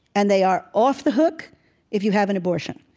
and they are off the hook if you have an abortion.